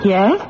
Yes